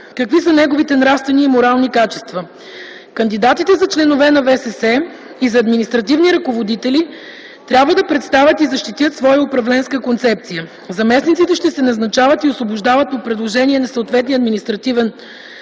какви са неговите нравствени и морални качества. Кандидатите за членове на ВСС и за административни ръководители трябва да представят и защитят своя управленска концепция. Заместниците ще се назначават и освобождават по предложение на съответния административен